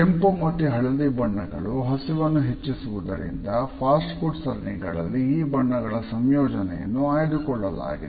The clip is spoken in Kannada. ಕೆಂಪು ಮತ್ತು ಹಳದಿ ಬಣ್ಣಗಳು ಹಸಿವನ್ನು ಹೆಚ್ಚಿಸುವುದರಿಂದ ಫಾಸ್ಟ್ ಫುಡ್ ಸರಣಿಗಳಲ್ಲಿ ಈ ಬಣ್ಣಗಳ ಸಂಯೋಜನೆಯನ್ನು ಆಯ್ದುಕೊಳ್ಳಲಾಗುತ್ತದೆ